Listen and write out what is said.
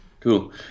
Cool